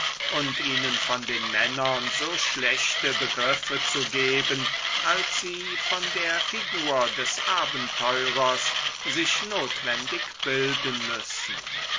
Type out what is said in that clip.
und ihnen von den männern so schlechte begriffe zu geben als sie von der figur des abenteurers sich notwendig bilden müssen